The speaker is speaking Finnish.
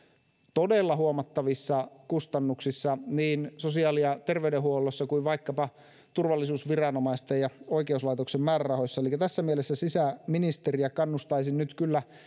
todella huomattavissa kustannuksissa niin sosiaali ja terveydenhuollossa kuin vaikkapa turvallisuusviranomaisten ja oikeuslaitoksen määrärahoissa elikkä tässä mielessä sisäministeriä kannustaisin nyt kyllä